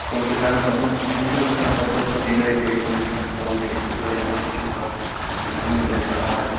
تِم تہِ کَرن پتہِ تِم تِم تہِ حَظ کران پتہٕ دۄہ کھۄتہٕ دۄہ یہَے طریٖقہِ تِم تِم دپان أسۍ تہِ کَرو ہیٚچھان پتہٕ تِمن تہِ گژھِ پتہٕ عادت